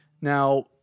Now